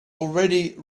already